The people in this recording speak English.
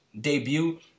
debut